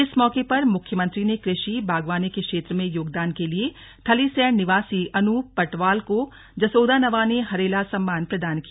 इस मौके पर मुख्यमंत्री ने कृषि बागवानी के क्षेत्र में योगदान के लिए थलीसैंण निवासी अनूप पटवाल को जसोदा नवानी हरेला सम्मान प्रदान किया